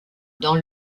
dans